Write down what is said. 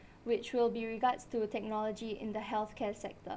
which will be regards to technology in the healthcare sector